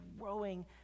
growing